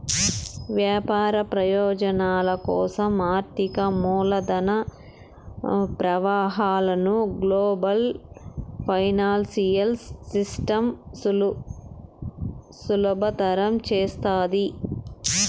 వ్యాపార ప్రయోజనాల కోసం ఆర్థిక మూలధన ప్రవాహాలను గ్లోబల్ ఫైనాన్సియల్ సిస్టమ్ సులభతరం చేస్తాది